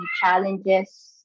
challenges